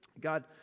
God